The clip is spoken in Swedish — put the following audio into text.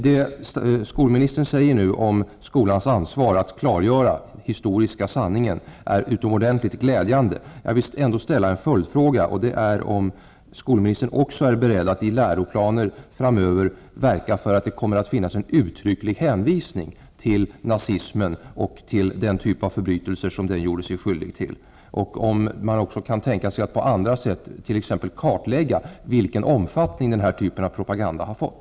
Det skolministern nu säger om skolans ansvar att klargöra den historiska sanningen är utomordent ligt glädjande. Jag vill ändå ställa en följdfråga: Är skolministern också beredd att i läroplaner framöver verka för att det kommer att finnas en uttrycklig hänvisning till nazismen och den typ av förbrytelser som nazister gjorde sig skyldiga till? Kan man också tänka sig att på något sätt kart lägga vilken omfattning den här typen av propa ganda har fått?